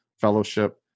fellowship